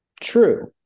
true